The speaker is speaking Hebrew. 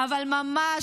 אבל ממש,